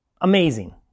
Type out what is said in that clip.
Amazing